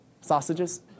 Sausages